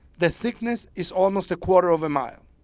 the thickness is almost a quarter of a mile.